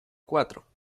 cuatro